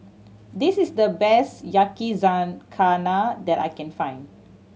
this is the best Yakizakana that I can find